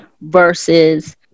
versus